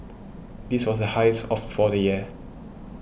this was the highest of for the year